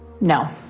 No